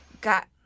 got